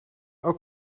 elk